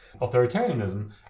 Authoritarianism